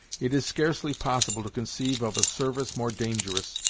it is scarcely possible to conceive of a service more dangerous,